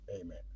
Amen